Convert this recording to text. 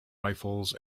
rifles